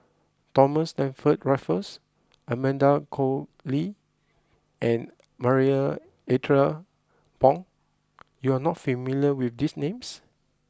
Thomas Stamford Raffles Amanda Koe Lee and Marie Ethel Bong you are not familiar with these names